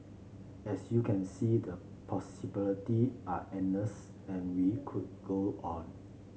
as you can see the possibility are endless and we could go on